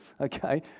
Okay